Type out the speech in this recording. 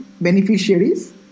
beneficiaries